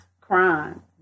crime